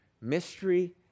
Mystery